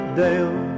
dale